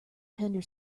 tender